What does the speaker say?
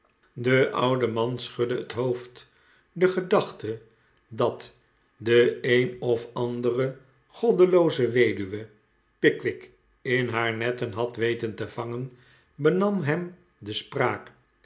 de oude man schudde het hoofd de gedachte dat de een of andere goddelooze weduwe pickwick in haar netten had weten te vangen beriam hem de spraak